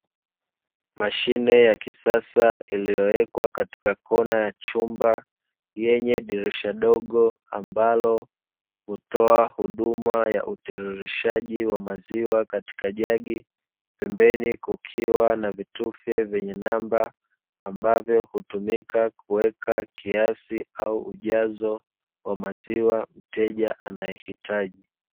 Mashine ya kisasa, iliyowekwa katika kona ya chumba yenye dirisha dogo, ambalo hutoa huduma ya utiririshaji wa maziwa katika jagi, pembeni kukiwa na vitufe vyenye namba ambavyo hutumika kuweka kiasi au ujazo wa maziwa mteja anayohitaji.